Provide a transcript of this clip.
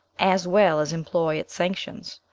as well as employ its sanctions.